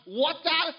water